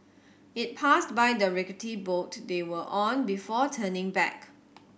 it passed by the rickety boat they were on before turning back